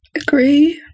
agree